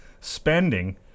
spending